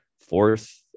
fourth